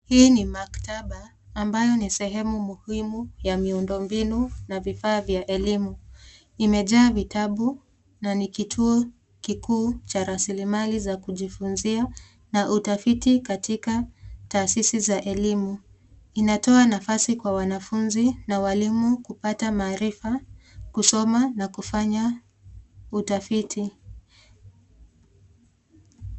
Hii ni maktaba ambayo ni sehemu muhimu ya miundombinu na vifaa vya elimu. Imejaa vitabu na ni kituo kikuu cha raslimali za kujifunzia na utafiiti katika taasisi za elimu. Inatoa nafasi kwa wanafunzi na walimu kupata maarifa, kusoma na kufanya utafiti.